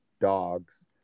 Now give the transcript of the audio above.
dogs